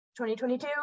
2022